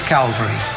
Calvary